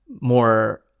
more